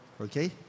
okay